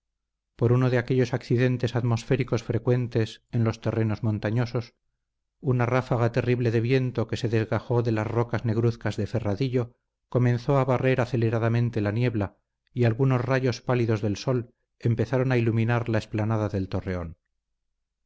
por uno de aquellos accidentes atmosféricos frecuentes en los terrenos montañosos una ráfaga terrible de viento que se desgajó de las rocas negruzcas de ferradillo comenzó a barrer aceleradamente la niebla y algunos rayos pálidos del sol empezaron a iluminar la explanada del torreón